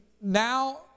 Now